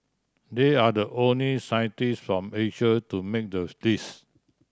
they are the only scientist from Asia to make the list